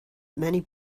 many